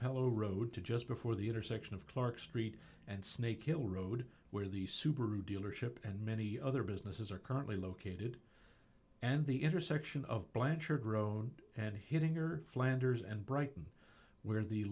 capello road to just before the intersection of clark street and snake hill road where the subaru dealership and many other businesses are currently located and the intersection of blanchard roan and hitting are flanders and brighton where the